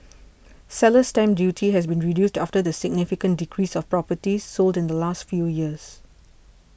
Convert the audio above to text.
seller's stamp duty has been reduced after the significant decrease of properties sold in the last few years